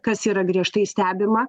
kas yra griežtai stebima